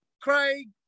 Craig